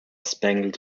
spangled